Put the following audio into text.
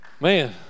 Man